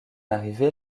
arrivée